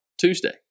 Tuesday